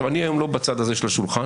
אני היום לא בצד הזה של השולחן